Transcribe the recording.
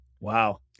Wow